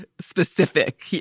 specific